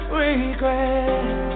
regret